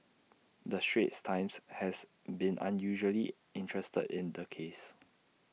the straits times has been unusually interested in the case